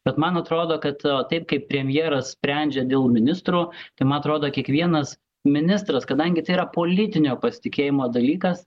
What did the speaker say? bet man atrodo kad taip kaip premjeras sprendžia dėl ministrų tai man atrodo kiekvienas ministras kadangi tai yra politinio pasitikėjimo dalykas